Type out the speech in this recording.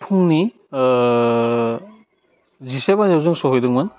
फुंनि जिसे बाजियाव जोङो सहैदोंमोन